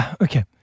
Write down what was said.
okay